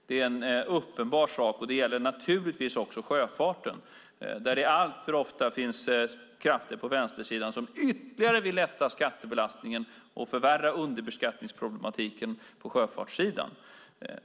Det är en uppenbar sak. Det gäller naturligtvis också sjöfarten. Där finns det alltför ofta krafter på vänstersidan som vill lätta skattebelastningen ytterligare och förvärra underbeskattningsproblematiken på sjöfartssidan.